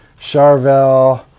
Charvel